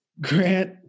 Grant